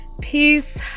peace